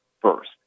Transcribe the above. first